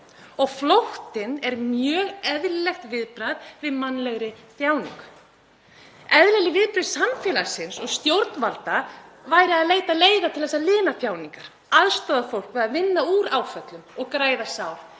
og flóttinn er mjög eðlilegt viðbragð við mannlegri þjáningu. Eðlileg viðbrögð samfélagsins og stjórnvalda væru að leita leiða til að lina þjáningar, aðstoða fólk við að vinna úr áföllum og græða sár